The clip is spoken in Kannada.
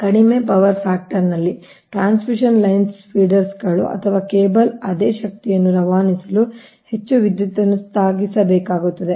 ಕಡಿಮೆ ಪವರ್ ಫ್ಯಾಕ್ಟರ್ ನಲ್ಲಿ ಟ್ರಾನ್ಸ್ಮಿಷನ್ ಲೈನ್ಸ್ ಫೀಡರ್ಗಳು ಅಥವಾ ಕೇಬಲ್ ಅದೇ ಶಕ್ತಿಯನ್ನು ರವಾನಿಸಲು ಹೆಚ್ಚು ವಿದ್ಯುತ್ ಅನ್ನು ಸಾಗಿಸಬೇಕಾಗುತ್ತದೆ